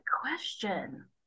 question